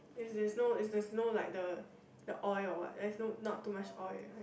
is there's no i there's no like the the oil or what there is no not too much oil that kind